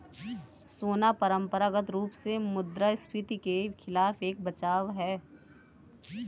सोना परंपरागत रूप से मुद्रास्फीति के खिलाफ एक बचाव है